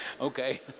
Okay